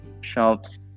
shops